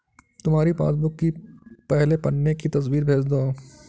तुम्हारी पासबुक की पहले पन्ने की तस्वीर भेज दो